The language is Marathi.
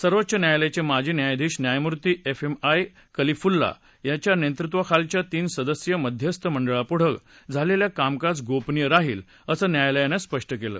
सर्वोच्च न्यायालयाचे माजी न्यायाधीश न्यायमूर्ती एफ एम आय खलिफुल्ला यांच्या नेतृत्वाखालच्या तीन सदस्यीय मध्यस्थ मंडळापुढं झालेलं कामकाज गोपनीय राहील असं न्यायालयानं सांगितलं